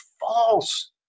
false